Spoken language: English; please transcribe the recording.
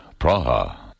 Praha